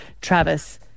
Travis